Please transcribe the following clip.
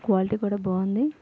quality కూడా బాగుంది